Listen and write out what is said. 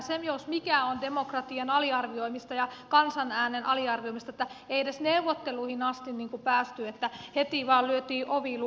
se jos mikä on demokratian aliarvioimista ja kansan äänen aliarvioimista että ei edes neuvotteluihin asti päästy että heti vain lyötiin ovi lukkoon